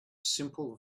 simple